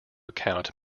account